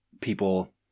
people